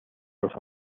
los